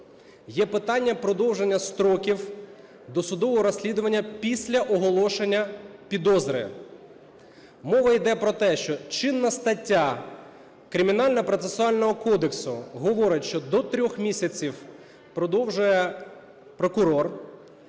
є питання продовження строків досудового розслідування після оголошення підозри. Мова йде про те, що чинна стаття Кримінального процесуального кодексу говорить, що до 3 місяців продовжує прокурор,